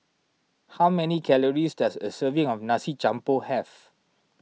how many calories does a serving of Nasi Campur have